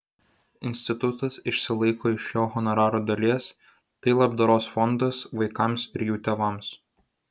institutas išsilaiko iš jo honorarų dalies tai labdaros fondas vaikams ir jų tėvams